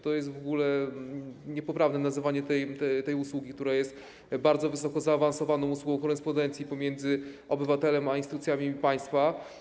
To jest w ogóle niepoprawne nazywanie tej usługi, która jest bardzo wysoko zaawansowaną usługą korespondencji pomiędzy obywatelem a instytucjami państwa.